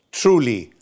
truly